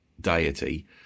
deity